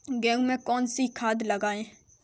गेहूँ में कौनसी खाद लगाएँ?